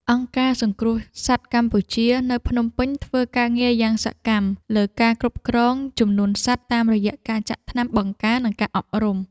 អង្គការសង្គ្រោះសត្វកម្ពុជា នៅភ្នំពេញ ធ្វើការងារយ៉ាងសកម្មលើការគ្រប់គ្រងចំនួនសត្វតាមរយៈការចាក់ថ្នាំបង្ការ និងការអប់រំ។